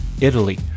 Italy